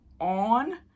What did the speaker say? on